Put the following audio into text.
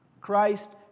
Christ